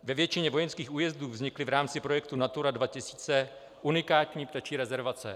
Ve většině vojenských újezdů vznikly v rámci projektu Natura 2000 unikátní ptačí rezervace.